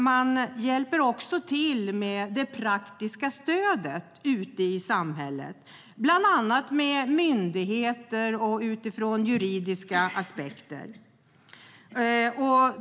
De hjälper också till med det praktiska stödet ute i samhället, bland annat med myndigheter och utifrån juridiska aspekter.